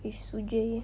with sujay